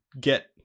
get